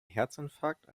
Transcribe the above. herzinfarkt